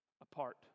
apart